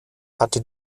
hatte